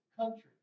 country